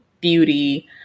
beauty